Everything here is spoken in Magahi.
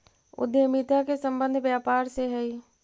उद्यमिता के संबंध व्यापार से हई